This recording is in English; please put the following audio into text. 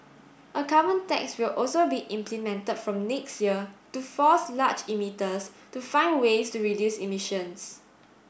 a carbon tax will also be implemented from next year to force large emitters to find ways to reduce emissions